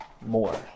more